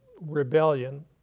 rebellion